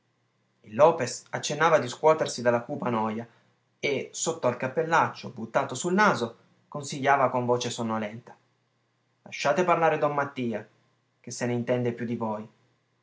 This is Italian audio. lopes accennava di scuotersi dalla cupa noja e sotto al cappellaccio buttato sul naso consigliava con voce sonnolenta lasciate parlare don mattia che se n'intende più di voi